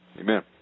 Amen